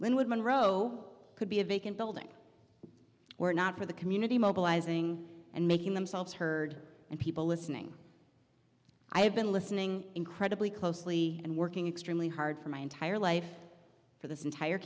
linwood monroe could be a vacant building were not for the community mobilizing and making themselves heard and people listening i have been listening incredibly closely and working extremely hard for my entire life for this entire